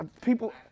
people